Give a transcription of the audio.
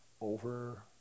over